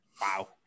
Wow